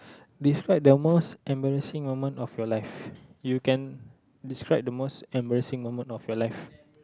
describe the most embarrassing moment of your life you can describe the most embarrassing moment of your life